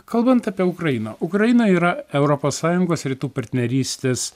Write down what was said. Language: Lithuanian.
kalbant apie ukrainą ukraina yra europos sąjungos rytų partnerystės